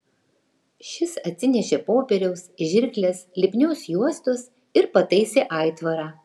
šis atsinešė popieriaus žirkles lipnios juostos ir pataisė aitvarą